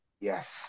Yes